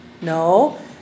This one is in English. No